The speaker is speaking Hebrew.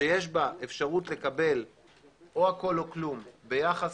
שיש בה אפשרות לקבל או הכול או כלום ביחס